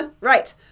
right